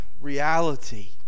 reality